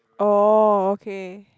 oh okay